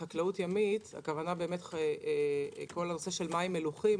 הכוונה לכל הנושא של מים מלוחים.